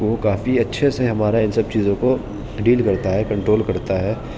وہ کافی اچھے سے ہمارا ان سب چیزوں کو ڈیل کرتا ہے کنٹرول کرتا ہے